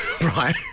right